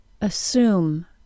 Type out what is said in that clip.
assume